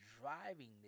driving